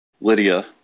Lydia